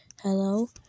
hello